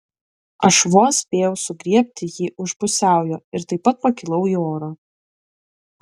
aš vos spėjau sugriebti jį už pusiaujo ir taip pat pakilau į orą